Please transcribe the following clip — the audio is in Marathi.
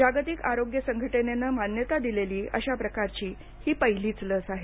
जागतिक आरोग्य संघटनेनं मान्यता दिलेली अशा प्रकारची ही पहिलीच लस आहे